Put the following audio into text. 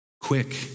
quick